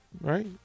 Right